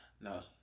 No